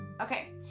Okay